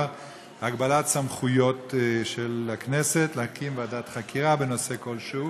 הגבלת סמכות הכנסת להקים ועדת חקירה בנושא כלשהו.